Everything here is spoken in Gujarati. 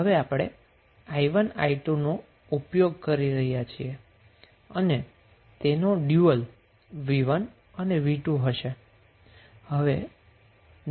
હવે આપણે i1 i2 નો ઉપયોગ કરી રહ્યા હોવાથી તેનો ડયુઅલ v1 અને v2 હશે